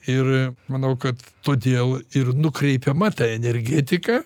ir manau kad todėl ir nukreipiama ta energetika